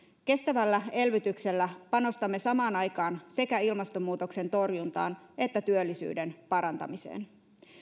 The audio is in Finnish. kestävällä elvytyksellä panostamme samaan aikaan sekä ilmastonmuutoksen torjuntaan että työllisyyden parantamiseen